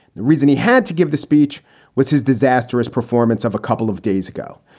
the reason he had to give the speech was his disastrous performance of a couple of days ago.